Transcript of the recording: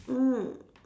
mm